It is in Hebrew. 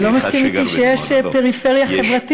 אתה לא מסכים אתי שיש פריפריה חברתית?